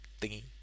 thingy